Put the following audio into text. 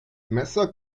messer